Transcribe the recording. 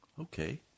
Okay